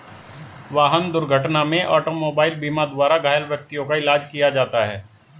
वाहन दुर्घटना में ऑटोमोबाइल बीमा द्वारा घायल व्यक्तियों का इलाज किया जाता है